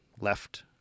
left